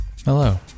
hello